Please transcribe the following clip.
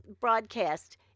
broadcast